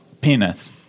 penis